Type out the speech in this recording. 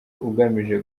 ugamije